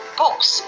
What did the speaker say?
books